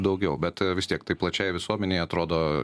daugiau bet vis tiek tai plačia visuomenei atrodo